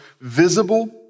visible